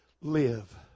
Live